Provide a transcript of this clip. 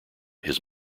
his